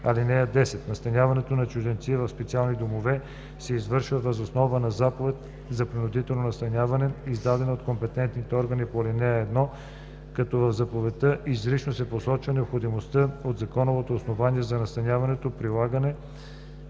(10) Настаняването на чужденци в специалните домове се извършва въз основа на заповед за принудително настаняване, издадена от компетентния орган по ал. 1, като в заповедта изрично се посочва необходимостта и законовото основание за настаняването, прилага